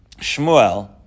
Shmuel